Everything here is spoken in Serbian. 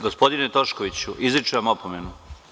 Gospodine Toškoviću, izričem vam opomenu.